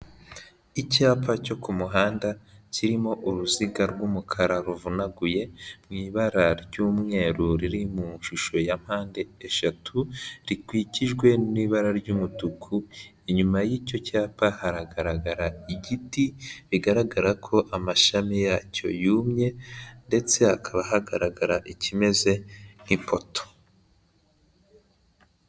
Icyapa cyo ku muhanda kirimo uruziga rw'umukara ruvunaguye mu ibara ry'umweru riri mu ishusho ya mpande eshatu, rikikijwe n'ibara ry'umutuku, inyuma y'icyo cyapa haragaragara igiti bigaragara ko amashami yacyo yumye ndetse hakaba hagaragara ikimeze nk'ipoto.